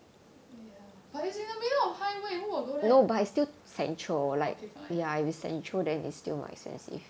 but it's in the middle of highway who will go there okay fine